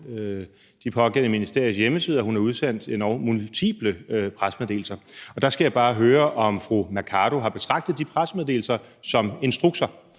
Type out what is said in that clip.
de pågældende ministeriers hjemmeside, at hun har udsendt endog multiple pressemeddelelser. Der skal jeg bare høre, om fru Mai Mercado har betragtet de pressemeddelelser som instrukser.